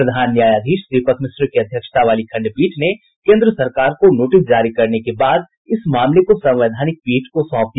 प्रधान न्यायाधीश दीपक मिश्रा की अध्यक्षता वाली खंडपीठ ने कोन्द्र सरकार को नोटिस जारी करने के बाद इस मामले को संवैधानिक पीठ को सौंप दिया